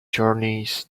journeys